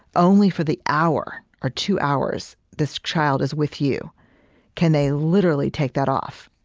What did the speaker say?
only for the hour or two hours this child is with you can they literally take that off